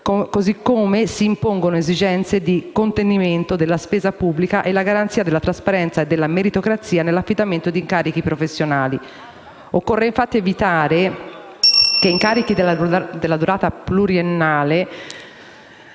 così come si impongono esigenze di contenimento della spesa pubblica e la garanzia della trasparenza e della meritocrazia nell'affidamento di incarichi professionali. Occorre infatti evitare che incarichi dalla durata pluriennale,